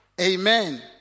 Amen